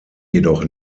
jedoch